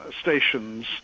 stations